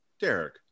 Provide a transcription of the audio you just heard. Derek